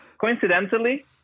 Coincidentally